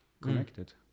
connected